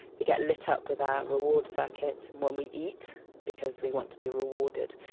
we get lit up with our reward circuits when we eat because we want to be rewarded.